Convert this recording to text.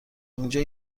اینجا